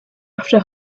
after